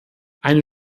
eine